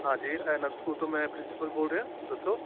ਹਾਂਜੀ ਆਨੰਦ ਸਕੂਲ ਤੋਂ ਮੈਂ ਪ੍ਰਿੰਸੀਪਲ ਬੋਲ ਰਿਹਾ ਦੱਸੋ